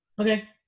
Okay